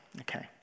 Okay